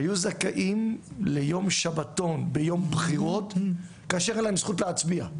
היו זכאים ליום שבתון ביום בחירות כאשר אין להם זכות להצביע,